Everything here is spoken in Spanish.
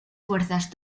fuerzas